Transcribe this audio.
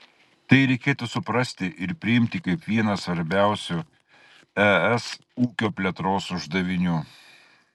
tai reikėtų suprasti ir priimti kaip vieną svarbiausių es ūkio plėtros uždavinių